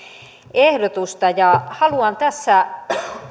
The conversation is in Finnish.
ehdotusta haluan tässä